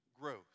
growth